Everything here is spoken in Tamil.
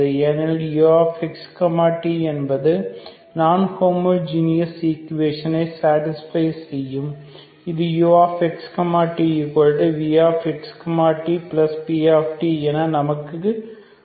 ஏனெனில் ux t என்பது நான் ஹோமோஜீனஸ் ஈக்குவேஷனை சேடிஸ்பை செய்யும் இது ux tvx tp என நமக்கு கொடுக்கிறது